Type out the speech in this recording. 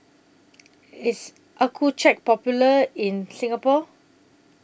IS Accucheck Popular in Singapore